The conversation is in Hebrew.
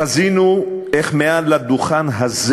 חזינו איך מעל הדוכן הזה